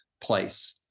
place